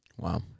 Wow